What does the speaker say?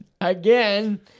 again